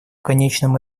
конечном